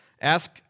Ask